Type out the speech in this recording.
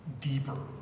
deeper